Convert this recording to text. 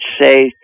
say